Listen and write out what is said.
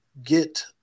get